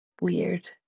weird